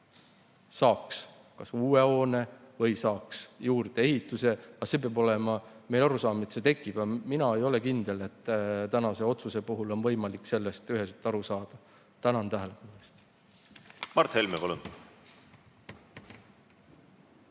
saaks kas uue hoone või saaks juurdeehitise, aga meil peab olema ka arusaam, et see tekib. Aga mina ei ole kindel, et tänase otsuse puhul on võimalik sellest üheselt aru saada. Tänan tähelepanu eest!